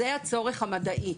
זה הצורך המדעי.